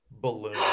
Balloon